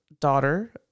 daughter